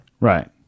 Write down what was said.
Right